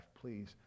Please